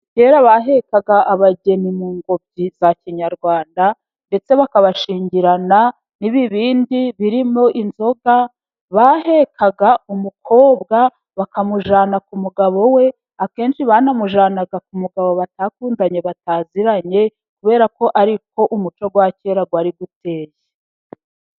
Kera bahekaga abageni mu ngobyi za kinyarwanda. Ndetse bakabashyingirana n'ibibindi birimo inzoga. Bahekaga umukobwa bakamujyana ku mugabo we. Akenshi banamujyanaga ku mugabo batakundanye bataziranye kubera ko ariko umuco wa kera waruteye.